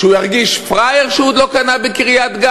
שהוא ירגיש פראייר שהוא עוד לא קנה בקריית-גת